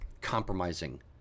compromising